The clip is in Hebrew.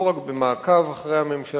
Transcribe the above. לא רק מעקב אחרי הממשלה,